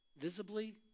visibly